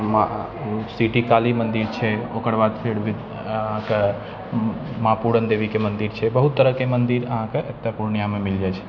मा सिटी काली मन्दिर छै ओकर बाद फेर अहाँके माँ पुरनदेवीके मन्दिर छै बहुत तरहके मन्दिर अहाँके एतय पूर्णियाँमे मिल जाइ छै